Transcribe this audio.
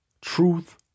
truth